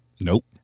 Nope